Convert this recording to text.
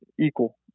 equal